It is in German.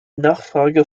nachfrage